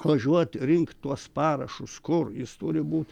važiuot rinkt tuos parašus kur jis turi būt